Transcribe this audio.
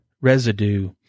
residue